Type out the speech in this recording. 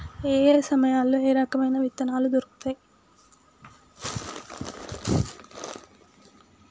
ఏయే సమయాల్లో ఏయే రకమైన విత్తనాలు దొరుకుతాయి?